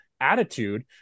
attitude